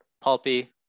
pulpy